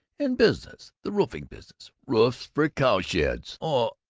and business! the roofing business! roofs for cowsheds! oh,